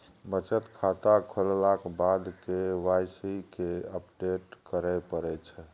बचत खाता खोललाक बाद के वाइ सी केँ अपडेट करय परै छै